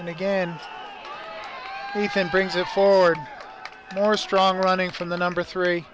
and again even brings it forward more strong running from the number three